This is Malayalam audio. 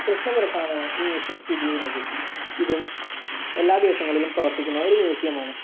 കൃഷ്ണപുരത്താണ് ഈ മ്യൂസിയം സ്ഥിതി ചെയ്യുന്നത് ഇതും എല്ലാ ദിവസങ്ങളിലും പ്രവർത്തിക്കുന്ന ഒരു മ്യൂസിയമാണ്